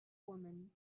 woman